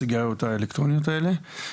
הסיגריות האלקטרוניות אלה,